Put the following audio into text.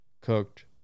cooked